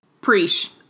Preach